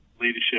leadership